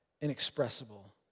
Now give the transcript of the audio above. inexpressible